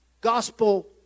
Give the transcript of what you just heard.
gospel